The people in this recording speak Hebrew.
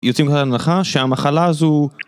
יוצאים להנחה שהמחלה הזו...